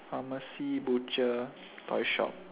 pharmacy butcher toy shop